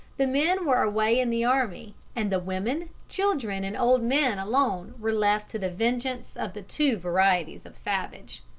the men were away in the army, and the women, children, and old men alone were left to the vengeance of the two varieties of savage.